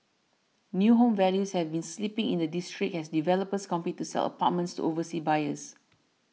new home values have been slipping in the district as developers compete to sell apartments to overseas buyers